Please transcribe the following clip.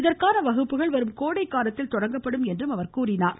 இதற்கான வகுப்புகள் வரும் கோடை காலத்தில் தொடங்கப்படும் என்றும் அவர் கூறினார்